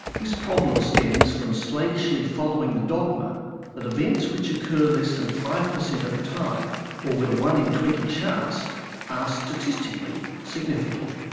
this problem stems from slavishly following the dogma that events which occur less than five percent of the time or with a one in twenty chance are statistically significant.